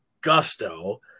gusto